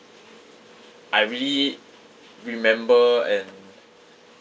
I really remember and